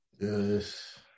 Yes